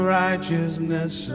righteousness